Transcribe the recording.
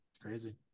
crazy